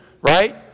right